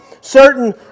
certain